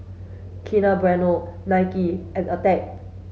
Kinder Bueno Nike and Attack